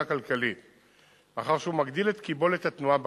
כלכלית מאחר שהוא מגדיל את קיבולת התנועה בכביש,